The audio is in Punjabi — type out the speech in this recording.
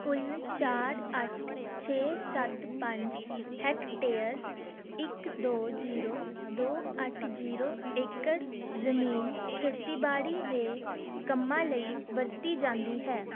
ਕੁੱਲ ਚਾਰ ਅੱਠ ਛੇ ਸੱਤ ਪੰਜ ਹੈਕਟੇਅਰ ਇੱਕ ਦੋ ਜ਼ੀਰੋ ਦੋ ਅੱਠ ਜ਼ੀਰੋ ਏਕੜ ਜ਼ਮੀਨ ਖੇਤੀਬਾੜੀ ਦੇ ਕੰਮਾਂ ਲਈ ਵਰਤੀ ਜਾਂਦੀ ਹੈ